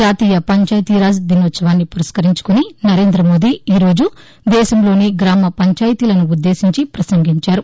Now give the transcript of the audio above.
జాతీయ పంచాయితీరాజ్ దినోత్సవాన్ని పురస్కరించుకుని నరేంద్ర మోదీ ఈరోజు దేశంలోని గ్రామ పంచాయితీలనుద్దేశించి పసంగించారు